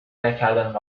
نکردند